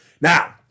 Now